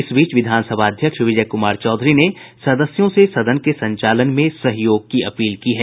इस बीच विधानसभा अध्यक्ष विजय कुमार चौधरी ने सदस्यों से सदन के संचालन में सहयोग की अपील की है